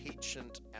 patient